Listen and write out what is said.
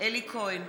אלי כהן,